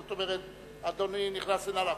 זאת אומרת, אדוני נכנס לנעליו.